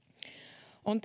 on